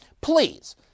please